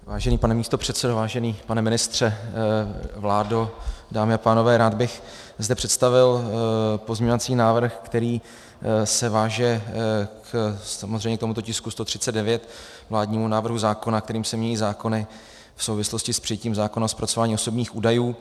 Vážený pane místopředsedo, vážený pane ministře, vládo, dámy a pánové, rád bych zde představil pozměňovací návrh, který se váže samozřejmě k tomuto tisku 139, vládnímu návrhu zákona, kterým se mění zákony v souvislosti s přijetím zákona o zpracování osobních údajů.